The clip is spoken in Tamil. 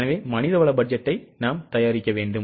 எனவே மனிதவள பட்ஜெட்டை நாம் தயாரிக்க வேண்டும்